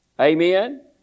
Amen